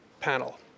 panel